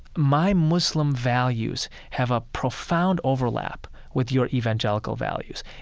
my muslim values have a profound overlap with your evangelical values.